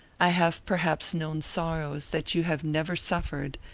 i have perhaps known sorrows that you have never suffered,